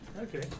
Okay